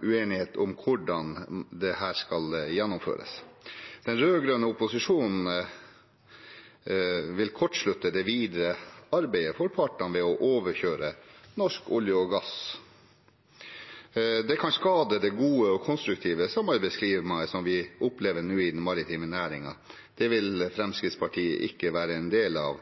uenighet om hvordan dette skal gjennomføres. Den rød-grønne opposisjonen vil kortslutte det videre arbeidet for partene ved å overkjøre Norsk olje og gass. Det kan skade det gode og konstruktive samarbeidsklimaet som vi nå opplever i den maritime næringen. Det vil Fremskrittspartiet ikke være en del av,